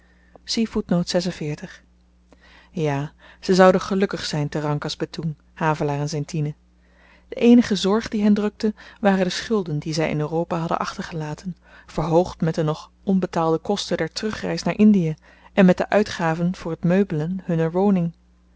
ja ze zouden gelukkig zyn te rangkas betoeng havelaar en zyn tine de eenige zorg die hen drukte waren de schulden die zy in europa hadden achtergelaten verhoogd met de nog onbetaalde kosten der terugreis naar indie en met de uitgaven voor t meubelen hunner woning